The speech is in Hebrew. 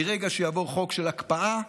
מרגע שיעבור חוק של הקפאה,